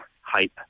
hype